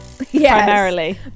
Primarily